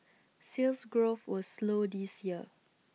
Sales Growth was slow this year